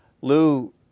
Lou